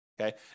okay